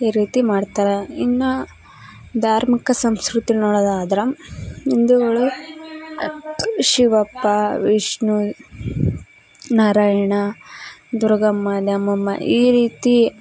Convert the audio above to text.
ಈ ರೀತಿ ಮಾಡ್ತಾರ ಇನ್ನು ಧಾರ್ಮಿಕ ಸಂಸ್ಕೃತಿ ನೋಡೋದಾದ್ರೆ ಹಿಂದೂಗಳು ಶಿವಪ್ಪ ವಿಷ್ಣು ನಾರಾಯಣ ದುರ್ಗಮ್ಮ ದ್ಯಾಮಮ್ಮ ಈ ರೀತಿ